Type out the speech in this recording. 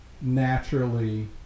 naturally